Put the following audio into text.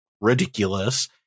ridiculous